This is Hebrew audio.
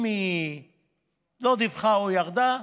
אם היא לא דיווחה או ירדה,